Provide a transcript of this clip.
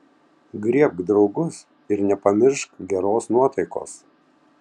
griebk draugus ir nepamiršk geros nuotaikos